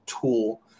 tool